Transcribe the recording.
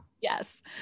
Yes